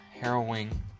harrowing